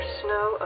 snow